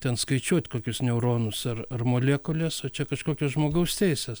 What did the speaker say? ten skaičiuot kokius neuronus ar ar molekules o čia kažkokios žmogaus teisės